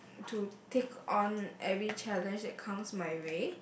to take on every challenge that comes my way